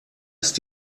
ist